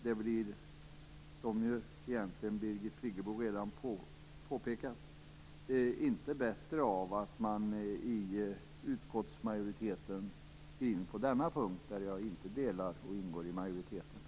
Det blir, som Birgit Friggebo egentligen redan påpekat, inte bättre av det som sägs i utskottsmajoritetens skrivning på denna punkt, där jag inte ingår i majoriteten.